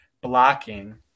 blocking